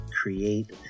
create